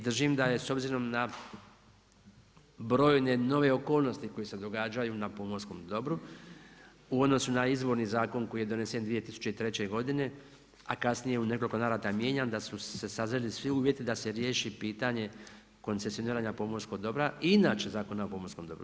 I držim da je s obzirom na brojne nove okolnosti koje se događaju na pomorskom dobru u odnosu na izvorni zakon koji je donesen 2003. godine, a kasnije u nekoliko navrata mijenjan, da su se sazreli svi uvjeti da se riješi pitanje koncesioniranja pomorskog dobra i inače Zakona o pomorskom dobru.